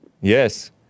Yes